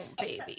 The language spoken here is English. baby